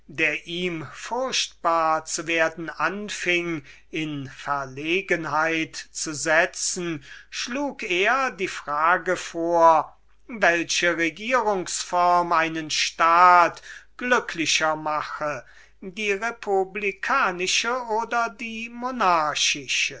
der ihm furchtbar zu werden anfing in verlegenheit zu setzen schlug er die frage vor welche regierungs form einen staat glücklicher mache die republikanische oder die